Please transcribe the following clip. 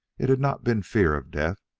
it had not been fear of death.